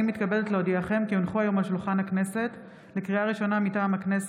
אני קובע כי הצעת החוק לא התקבלה.